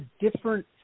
different